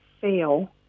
fail